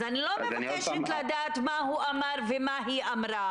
אז אני לא מבקשת לדעת מה הוא אמר ומה היא אמרה.